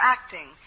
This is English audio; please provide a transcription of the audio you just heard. Acting